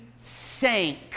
sank